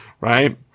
Right